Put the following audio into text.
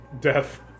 Death